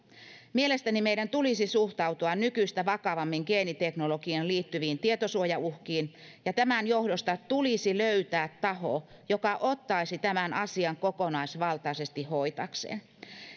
mielestäni meidän tulisi suhtautua nykyistä vakavammin geeniteknologiaan liittyviin tietosuojauhkiin ja tämän johdosta tulisi löytää taho joka ottaisi tämän asian kokonaisvaltaisesti hoitaakseen